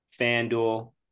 FanDuel